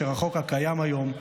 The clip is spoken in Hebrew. והחוק הקיים היום,